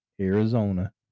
Arizona